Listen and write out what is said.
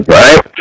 right